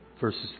verses